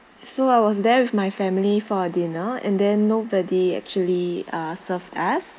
so I was there with my family for a dinner and then nobody actually uh served us